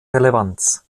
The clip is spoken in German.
relevanz